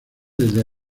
desde